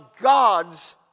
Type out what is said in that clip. God's